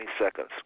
seconds